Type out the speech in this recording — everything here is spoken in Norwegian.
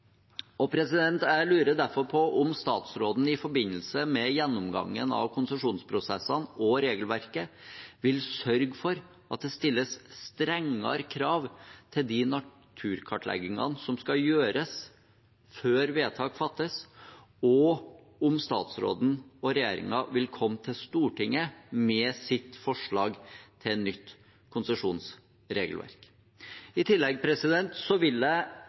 Jeg lurer derfor på om statsråden i forbindelse med gjennomgangen av konsesjonsprosessene og regelverket vil sørge for at det stilles strengere krav til de naturkartleggingene som skal gjøres før vedtak fattes, og om statsråden og regjeringen vil komme til Stortinget med sitt forslag til nytt konsesjonsregelverk. I tillegg vil jeg